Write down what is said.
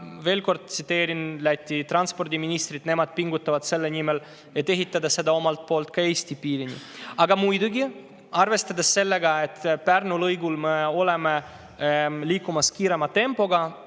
veel kord [viitan] Läti transpordiministrile: nemad pingutavad selle nimel, et ehitada see omalt poolt Eesti piirini. Aga muidugi, arvestades sellega, et Pärnu lõigul me liigume kiirema tempoga,